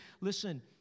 Listen